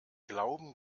glauben